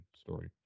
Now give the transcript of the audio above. story